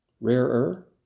rarer